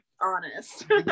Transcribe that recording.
Honest